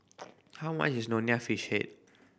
how much is Nonya Fish Head